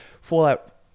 Fallout